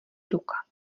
ruka